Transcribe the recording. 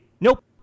nope